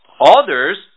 Others